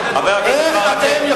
איך אתם יכולים,